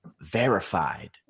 verified